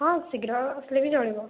ହଁ ଶୀଘ୍ର ଆସିଲେ ବି ଚଲିବ